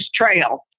trail